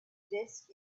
disk